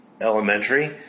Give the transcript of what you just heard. elementary